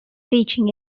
teaching